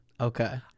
Okay